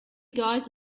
guys